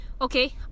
okay